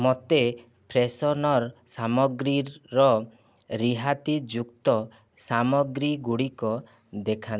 ମୋତେ ଫ୍ରେଶନର୍ ସାମଗ୍ରୀର ରିହାତିଯୁକ୍ତ ସାମଗ୍ରୀଗୁଡ଼ିକ ଦେଖାନ୍ତୁ